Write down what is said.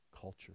culture